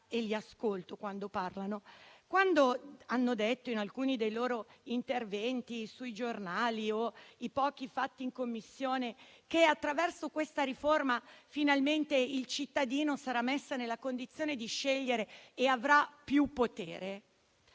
e li ascolto quando parlano. Ebbene, quando hanno detto, in alcuni dei loro interventi sui giornali o nei pochi in Commissione che, attraverso questa riforma, finalmente il cittadino sarà messo nella condizione di scegliere e avrà più potere,